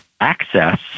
access